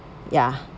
ya